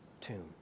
tomb